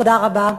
תודה רבה.